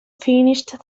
finished